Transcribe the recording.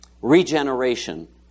Regeneration